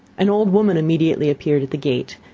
an old woman immediately appeared at the gate.